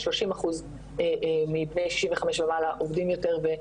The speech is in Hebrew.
30 אחוזים מבני 65 ומעלה עובדים יותר,